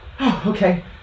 okay